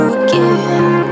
again